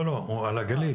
לא, לא, הוא על הגליל.